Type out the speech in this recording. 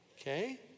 Okay